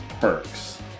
perks